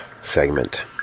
segment